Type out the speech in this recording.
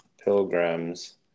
pilgrims